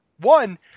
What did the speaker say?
one